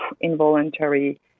involuntary